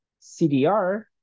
CDR